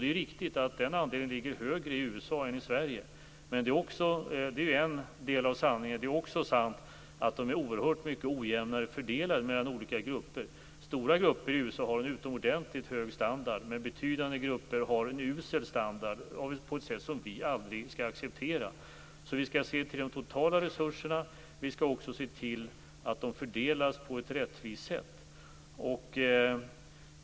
Det är riktigt att den andelen ligger högre i USA än den gör i Sverige. Det är en del av sanningen. Det är också sant att det är en mycket ojämnare fördelning mellan olika grupper. Stora grupper i USA har en utomordentligt hög standard, medan betydande grupper har en usel standard, en standard som vi aldrig skall acceptera. Vi skall alltså se till de totala resurserna. Vi skall också se till att de fördelas rättvist.